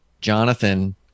Jonathan